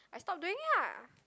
I stop doing lah